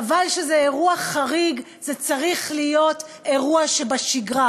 חבל שזה אירוע חריג, זה צריך להיות אירוע שבשגרה,